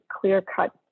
clear-cut